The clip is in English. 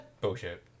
bullshit